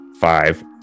five